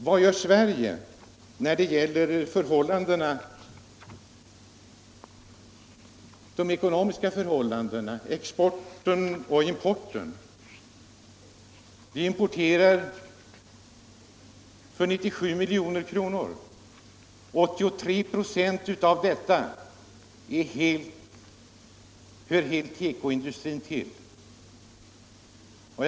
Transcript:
Vad gör Sverige när det gäller de ekonomiska förhållandena. exporten och importen? Sverige importerar för 58 milj.kr. men importerar för 97 milj.kr. från Sydkorea. 84 26 av denna import utgörs av produkter från teko-industrin.